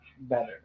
better